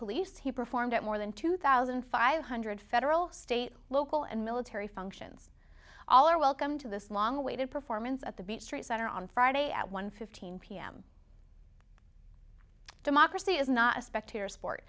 police he performed at more than two thousand five hundred federal state local and military functions all are welcome to this long awaited performance at the beech trees that are on friday at one fifteen pm democracy is not a spectator sport